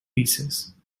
pieces